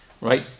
right